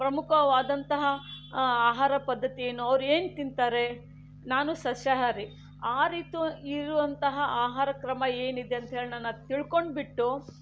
ಪ್ರಮುಖವಾದಂತಹ ಆಹಾರ ಪದ್ಧತಿಯನ್ನು ಅವರೇನು ತಿಂತಾರೆ ನಾನು ಸಸ್ಯಹಾರಿ ಆ ರೀತಿ ಇರುವಂತಹ ಆಹಾರ ಕ್ರಮ ಏನಿದೆ ಅಂತ್ಹೇಳಿ ನಾನದು ತಿಳ್ಕೊಂಡ್ಬಿಟ್ಟು